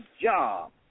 job